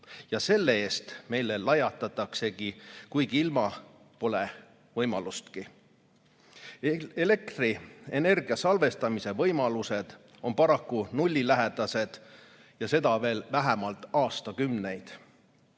ja selle eest meile lajatataksegi, kuigi ilma pole võimalustki. Elektrienergia salvestamise võimalused on paraku nullilähedased ja seda veel vähemalt aastakümneid.